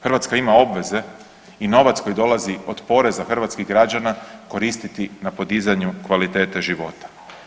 Hrvatska ima obveze i novac koji dolazi od poreza hrvatskih građana koristiti na podizanju kvalitete života.